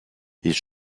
his